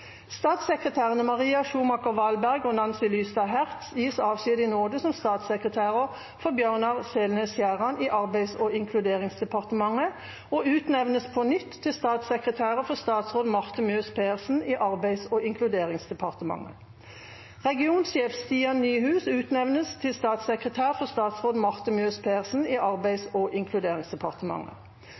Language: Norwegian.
Statssekretærene Maria Schumacher Walberg og Nancy Lystad Herz gis avskjed i nåde som statssekretærer for statsråd Bjørnar Selnes Skjæran i Arbeids- og inkluderingsdepartementet og utnevnes på nytt til statssekretærer for statsråd Marte Mjøs Persen i Arbeids- og inkluderingsdepartementet. Regionsjef Stian Nyhus utnevnes til statssekretær for statsråd Marte Mjøs Persen i Arbeids- og inkluderingsdepartementet.